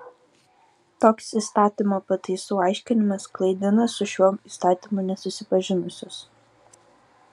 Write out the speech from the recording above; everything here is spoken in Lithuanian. toks įstatymo pataisų aiškinimas klaidina su šiuo įstatymu nesusipažinusius